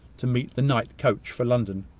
to meet the night coach for london.